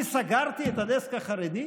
אני סגרתי את הדסק החרדי?